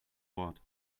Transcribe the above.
wort